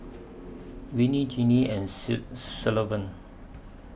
Winnie Jennie and Sullivan